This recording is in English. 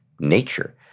nature